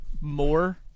more